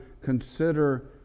consider